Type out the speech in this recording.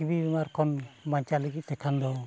ᱵᱤᱢᱟᱨ ᱠᱷᱚᱱ ᱵᱟᱧᱪᱟᱣ ᱞᱟᱹᱜᱤᱫ ᱛᱮ ᱠᱷᱟᱱ ᱫᱚ